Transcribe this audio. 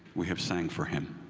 we have sang for him